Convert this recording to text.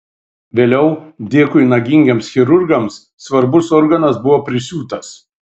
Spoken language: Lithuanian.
vėliau dėkui nagingiems chirurgams svarbus organas buvo prisiūtas